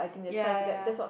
ya ya